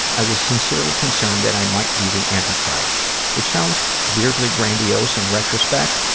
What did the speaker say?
i was sincerely concerned that i might be the anti-christ, which sounds weirdly grandiose in retrospect,